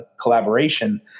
collaboration